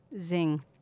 Zing